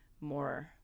more